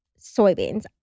soybeans